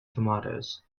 tomatoes